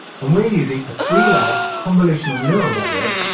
um we're using a three layer convolutional neural network,